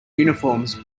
uniforms